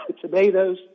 tomatoes